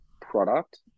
product